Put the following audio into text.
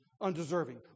Undeserving